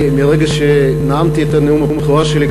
מרגע שנאמתי את נאום הבכורה שלי,